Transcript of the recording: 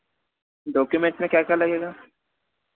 documents में क्या क्या लगेगा